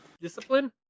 discipline